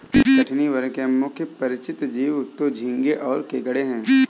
कठिनी वर्ग के मुख्य परिचित जीव तो झींगें और केकड़े हैं